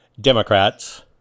Democrats